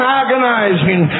agonizing